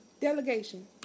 Delegation